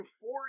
four